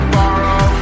borrow